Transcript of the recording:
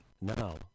Now